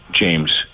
James